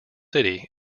city